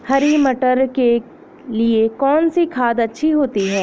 हरी मटर के लिए कौन सी खाद अच्छी होती है?